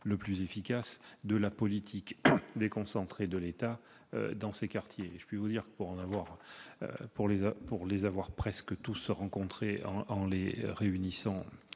le plus efficace de la politique déconcentrée de l'État dans ces quartiers. Pour les avoir presque tous rencontrés en les réunissant